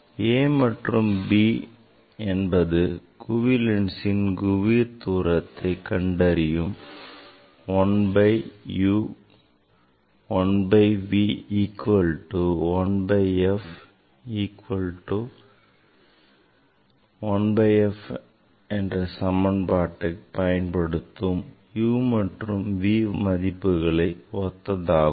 a மற்றும் b என்பது லென்சின் குவிய தூரத்தை கண்டறியும் 1 by u plus 1 by v equal to 1 by f equal to 1 by f சமன்பாட்டில் பயன்படுத்தும் u மற்றும் v மதிப்புகளை ஒத்ததாகும்